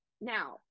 Now